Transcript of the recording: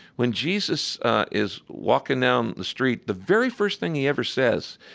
when jesus is walking down the street, the very first thing he ever says,